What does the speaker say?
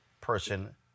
person